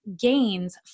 gains